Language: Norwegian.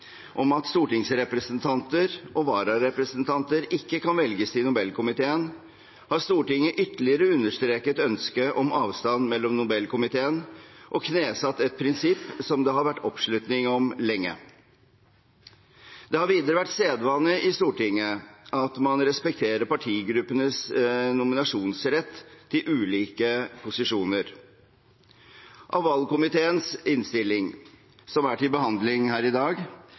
om at stortingsrepresentanter og vararepresentanter ikke kan velges til Nobelkomiteen, har Stortinget ytterligere understreket ønsket om avstand mellom Nobelkomiteen og knesatt et prinsipp som det har vært oppslutning om lenge. Det har videre vært sedvane i Stortinget at man respekterer partigruppenes nominasjonsrett til ulike posisjoner. Av valgkomiteens innstilling som er til behandling her i dag,